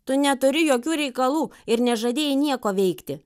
tu neturi jokių reikalų ir nežadėjai nieko veikti